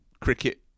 cricket